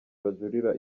bajuririra